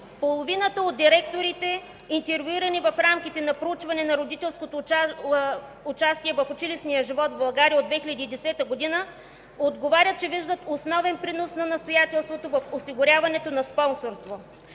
половината от директорите, интервюирани в рамките на проучване на родителското участие в училищния живот в България от 2010 г., отговарят, че виждат основен принос на настоятелството в осигуряването на спонсорство.